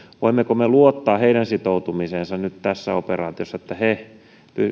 voimmeko me luottaa heidän sitoutumiseensa nyt tässä operaatiossa siihen että he